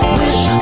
wish